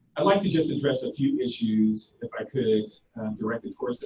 i'd like to just address a few issues if i could directly for.